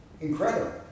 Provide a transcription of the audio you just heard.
incredible